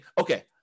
okay